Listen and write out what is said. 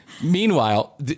Meanwhile